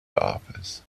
office